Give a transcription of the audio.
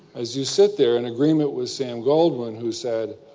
as you sit there, in agreement with sam goldwyn who said,